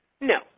No